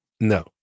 No